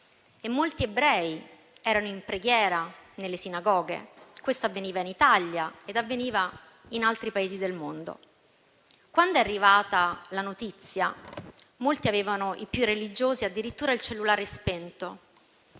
Molti ebrei erano in preghiera nelle sinagoghe; questo avveniva in Italia ed avveniva in altri Paesi del mondo. Quando è arrivata la notizia, i più religiosi avevano addirittura il cellulare spento.